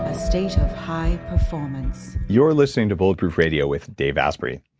ah state of high performance you're listening to bulletproof radio with dave asprey.